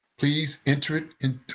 please enter it